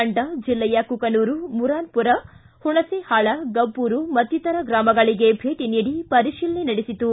ತಂಡ ಜಿಲ್ಲೆಯ ಕುಕನೂರು ಮುರಾನ್ಪುರ ಹುಣಸೆಹಾಳ ಗಬ್ದೂರು ಮತ್ತಿತರ ಗ್ರಾಮಗಳಿಗೆ ಭೇಟಿ ನೀಡಿ ಪರಿಶೀಲನೆ ನಡೆಸಿತು